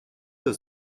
der